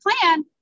plan